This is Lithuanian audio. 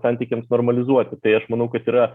santykiams normalizuoti tai aš manau kad yra